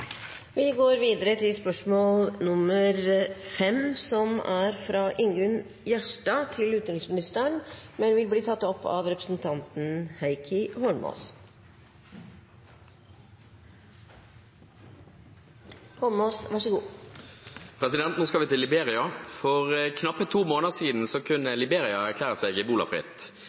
fra representanten Ingunn Gjerstad til utenriksministeren, vil bli tatt opp av representanten Heikki Eidsvoll Holmås. Nå skal vi til Liberia: «For knappe to måneder siden kunne